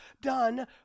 done